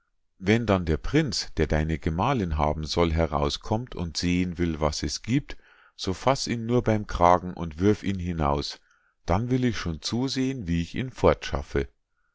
wenn dann der prinz der deine gemahlinn haben soll herauskommt und sehen will was es giebt so faß ihn nur beim kragen und wirf ihn hinaus dann will ich schon zusehen wie ich ihn